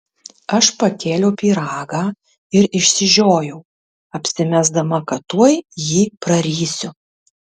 aš pakėliau pyragą ir išsižiojau apsimesdama kad tuoj jį prarysiu